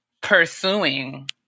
pursuing